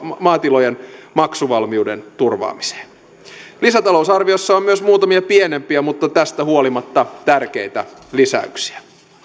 maatilojen maksuvalmiuden turvaamiseen lisätalousarviossa on myös muutamia pienempiä mutta tästä huolimatta tärkeitä lisäyksiä